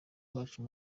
rwacu